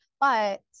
but-